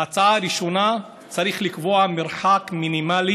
ההצעה הראשונה: צריך לקבוע מרחק מינימלי